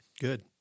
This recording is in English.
Good